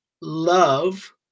love